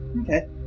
okay